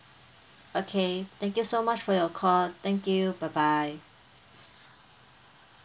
okay thank you so much for your call thank you bye bye